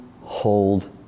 hold